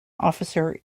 officer